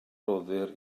rhoddir